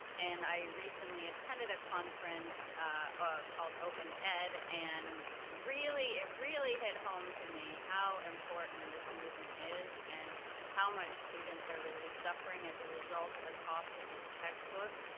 and i recently attended a conference ah called open ed. and it really hit home to me how important this movement is, and how much students are really suffering as a result of the cost of these textbooks,